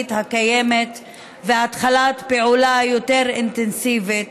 לתוכנית הקיימת והתחלת פעולה יותר אינטנסיבית.